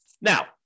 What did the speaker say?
Now